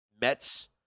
Mets